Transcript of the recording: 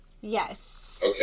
Yes